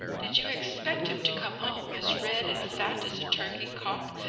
did you expect him to come home as red and fat as a turkey-cock,